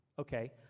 Okay